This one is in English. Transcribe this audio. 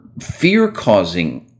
fear-causing